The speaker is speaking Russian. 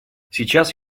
сейчас